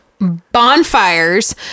bonfires